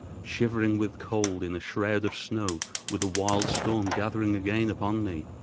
shivering with cold in a shroud of snow with a wild storm gathering again upon me!